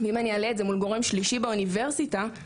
ואם אני אעלה את זה מול גורם שלישי באוניברסיטה הוא,